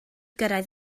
gyrraedd